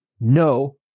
no